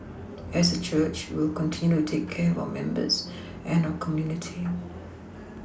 as a church we will continue to take care of our members and our community